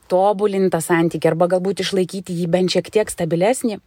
tobulint tą santykį arba galbūt išlaikyti jį bent šiek tiek stabilesnį